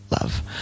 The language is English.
love